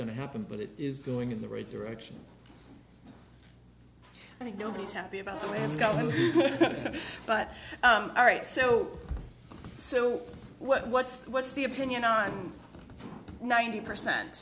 to happen but it is going in the right direction i think nobody's happy about the way it's going but all right so so what what's what's the opinion on ninety percent